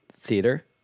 theater